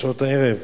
בשעות הערב.